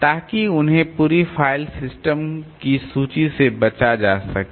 ताकि इन्हें पूरी फ़ाइल सिस्टम की सूची से बचा जा सके